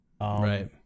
right